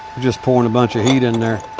just pouring a bunch of heat in there.